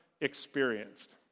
experienced